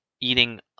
eating